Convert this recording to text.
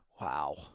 Wow